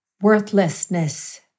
worthlessness